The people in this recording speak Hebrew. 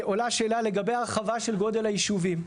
עולה שאלה לגבי הרחבה של גודל הישובים.